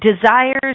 desires